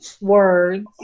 words